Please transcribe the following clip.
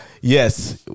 Yes